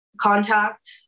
contact